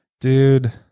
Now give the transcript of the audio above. Dude